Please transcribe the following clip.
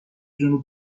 جنوب